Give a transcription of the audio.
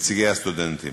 נציגי הסטודנטים.